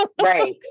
right